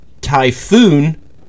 Typhoon